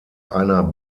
einer